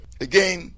Again